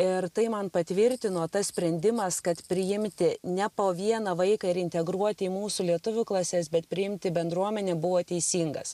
ir tai man patvirtino tas sprendimas kad priimti ne po vieną vaiką ir integruoti į mūsų lietuvių klases bet priimti bendruomenę buvo teisingas